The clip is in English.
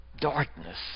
darkness